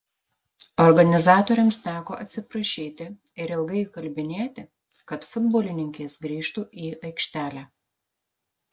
organizatoriams teko atsiprašyti ir ilgai įkalbinėti kad futbolininkės grįžtų į aikštelę